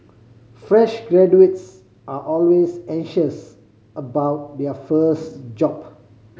fresh graduates are always anxious about their first job